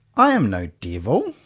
i am no devil.